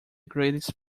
greatest